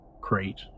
crate